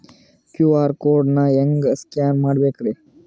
QR code ನಾ ಹೆಂಗ scan ಮಾಡಬೇಕ್ರಿ?